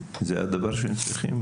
זה הדבר שהם צריכים.